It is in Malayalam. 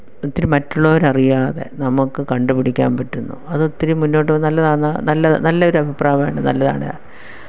ഒത്തിരി മറ്റുള്ളവരറിയാതെ നമുക്ക് കണ്ട് പിടിക്കാൻ പറ്റുന്നു അതൊത്തിരി മുന്നോട്ട് വന്ന് നല്ലതാന്ന് നല്ല നല്ലൊരു അഭിപ്രായമാണ് നല്ലതാണ്